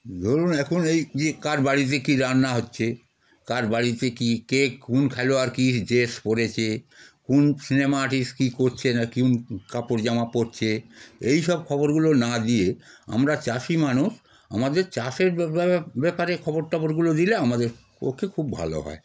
ধরুন এখন এই যে কার বাড়িতে কী রান্না হচ্ছে কার বাড়িতে কী কে কোন খেলোয়াড় কী ড্রেস পরেছে কোন সিনেমা আর্টিস্ট কী করছে না কোন কাপড় জামা পরছে এই সব খবরগুলো না দিয়ে আমরা চাষি মানুষ আমাদের চাষের ব্যাপারে ব্যাপারে খবর টবরগুলো দিলে আমাদের পক্ষে খুব ভালো হয়